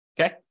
Okay